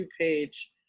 page